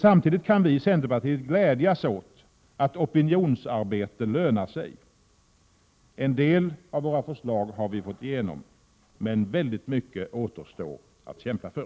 Samtidigt kan vi i centerpartiet glädjas åt att opinionsarbete lönar sig! En del av våra förslag har vi fått igenom, men mycket återstår att kämpa för.